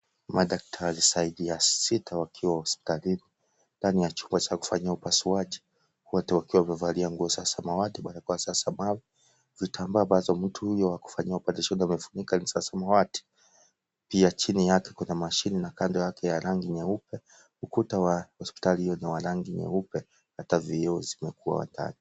Madaktari zaidi ya sita wakiwa hospitalini ndani ya chumba za kufanyia upasuaji wote wakiwa wamevalia nguo za samawati, barakoa za samawi, vitambaa ambazo mtu huyo wa kufanyia oparisheni wamefunika ni za samawati pia chini yake kuna mashini na kando yake ya rangi nyeupe, ukuta wa hospitali hiyo ni wa rangi nyeupe hata vioo zimekuwa ndani.